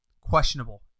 questionable